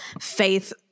faith